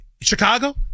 Chicago